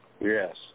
Yes